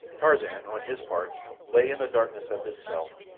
tarzan, on his part, lay in the darkness of his cell,